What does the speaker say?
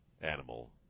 animal